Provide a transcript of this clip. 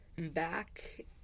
Back